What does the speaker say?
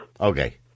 Okay